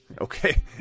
okay